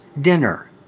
Dinner